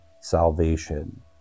salvation